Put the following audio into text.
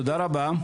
תודה רבה.